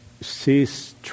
cease